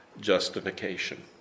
justification